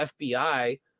FBI